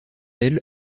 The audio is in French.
elle